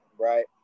right